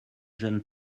jeune